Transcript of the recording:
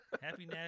Happy